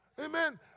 Amen